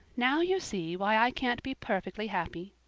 now you see why i can't be perfectly happy.